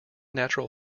natural